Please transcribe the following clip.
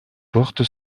porte